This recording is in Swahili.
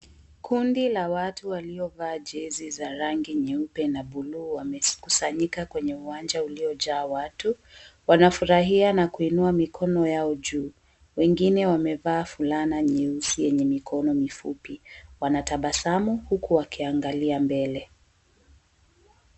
Kundi la watu waliovaa jezi za rangi nyeupe na buluu wamekusanyika kwenye uwanja uliojaa watu. Wanafurahia na kuinua mikono yao juu. Wengine wamevaa fulana nyeusi yenye mikono mifupi. Wanatabasamu huku wakiangali mbele.